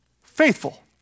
Faithful